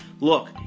look